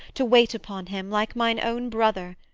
to wait upon him, like mine own brother.